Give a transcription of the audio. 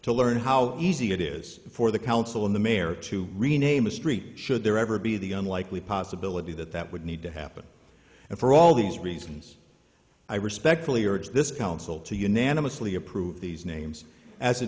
to learn how easy it is for the council and the mayor to rename a street should there ever be the unlikely possibility that that would need to happen and for all these reasons i respectfully urge this council to unanimously approve these names as a